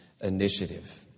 initiative